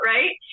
Right